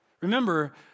Remember